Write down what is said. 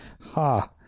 Ha